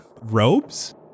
robes